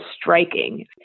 striking